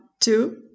two